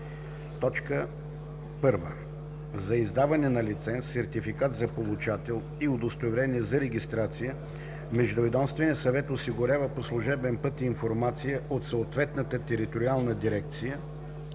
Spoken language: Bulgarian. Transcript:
17а. (1) За издаване на лиценз, сертификат за получател и удостоверение за регистрация Междуведомственият съвет осигурява по служебен път информация от съответната териториална дирекция